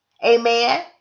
Amen